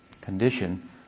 condition